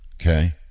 okay